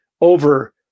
over